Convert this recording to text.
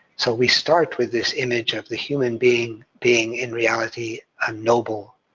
so we start with this image of the human being, being in reality a noble